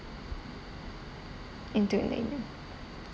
into the email